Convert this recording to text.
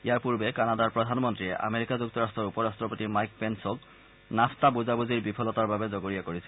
ইয়াৰ পূৰ্বে কানাডাৰ প্ৰধানমন্ত্ৰীয়ে আমেৰিকা যুক্তৰাট্টৰ উপ ৰট্টপতি মাইক পেঞ্চক নাফতা বুজাবুজিৰ বিফলতাৰ বাবে জগৰীয়া কৰিছিল